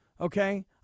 okay